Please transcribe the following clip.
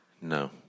No